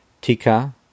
Tika